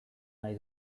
nahi